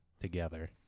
together